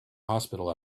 hospital